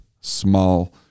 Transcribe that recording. small